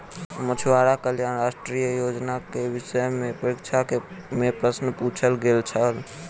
मछुआरा कल्याण राष्ट्रीय योजना के विषय में परीक्षा में प्रश्न पुछल गेल छल